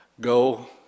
go